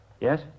Yes